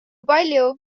palju